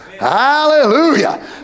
Hallelujah